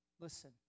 listen